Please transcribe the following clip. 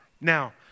Now